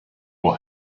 will